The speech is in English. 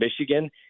Michigan